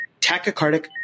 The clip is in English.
tachycardic